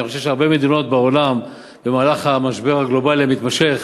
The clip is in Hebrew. אני חושב שהרבה מדינות בעולם במהלך המשבר הגלובלי המתמשך